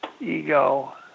ego